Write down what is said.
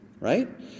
right